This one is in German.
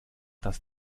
das